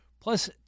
plus